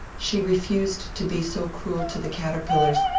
she refused to be so cruel to the caterpillars,